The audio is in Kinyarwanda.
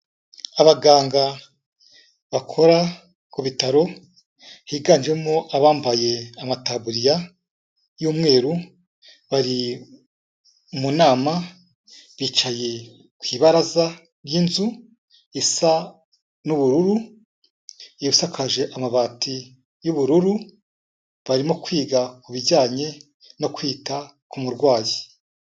Abaganga bakora ku bitaro, higanjemo abambaye amatabuririya y'umweru, bari mu nama, bicaye ku ibaraza ry'inzu isa nu'ubururu isakaje amabati y'ubururu, barimo kwiga ku bijyanye no kwita ku murwayi.